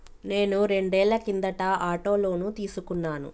నేను రెండేళ్ల కిందట ఆటో లోను తీసుకున్నాను